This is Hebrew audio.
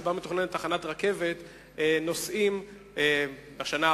שבה מתוכננת תחנת רכבת בשנה הבאה,